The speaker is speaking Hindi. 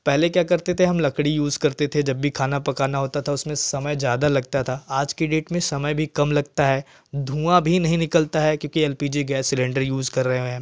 पहले क्या करते थे हम लकड़ी यूज़ करते थे जब भी खाना पकाना होता था तो उसने समय ज़्यादा लगता था आज की डेट में समय भी कम लगता है धुआँ भी नहीं निकलता है क्योंकि L P G gas cylinder use कर रहे हैं